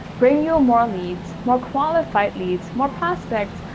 bring you ah more, leads, more qualified, leads, more prospects,